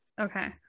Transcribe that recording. Okay